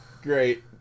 Great